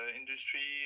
industry